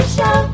Show